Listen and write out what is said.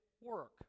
work